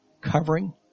covering